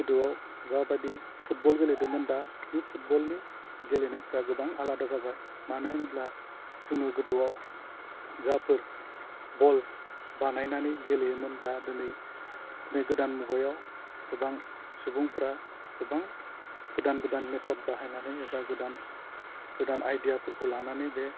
गोदोआव जाबायदि फुटबल गेलेदोंमोन दा बे फुटबलनि गेलेनायफ्रा गोबां आलादा जाबाय मानो होनोब्ला जों गोदोआव जाफोर बल बानायनानै गेलेयोमोन दा दोनै बे गोदान मुगायाव गोबां सुबुंफ्रा गोबां गोदान गोदान मेथड बाहायनानै एबा गोदान गोदोन आइडियाफोरखौ लानानै बे